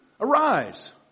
arise